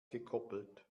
gekoppelt